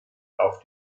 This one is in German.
auf